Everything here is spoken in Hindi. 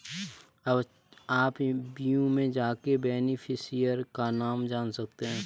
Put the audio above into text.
अब आप व्यू में जाके बेनिफिशियरी का नाम जान सकते है